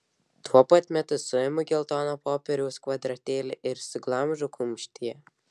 tuo pat metu suimu geltoną popieriaus kvadratėlį ir suglamžau kumštyje